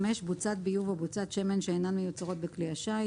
בוצת ביוב או בוצת שמן שאינן מיוצרות בכלי השיט.